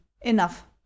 Enough